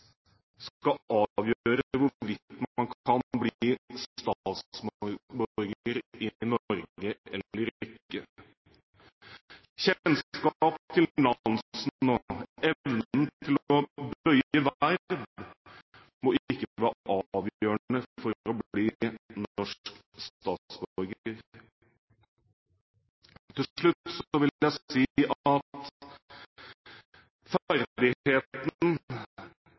skal avgjøre hvorvidt man kan bli statsborger i Norge, eller ikke. Kjennskap til Nansen og evnen til å bøye verb må ikke være avgjørende for å bli norsk statsborger. Til slutt vil jeg si at